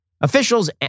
Officials